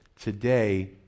Today